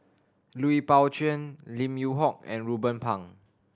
Lui Pao Chuen Lim Yew Hock and Ruben Pang